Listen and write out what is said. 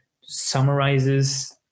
summarizes